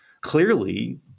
clearly